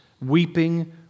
weeping